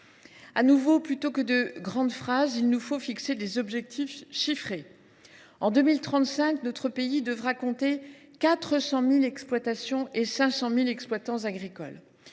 De nouveau, plutôt que de faire de grandes phrases, il faut nous fixer des objectifs chiffrés : en 2035, notre pays devra compter 400 000 exploitations et 500 000 exploitants agricoles.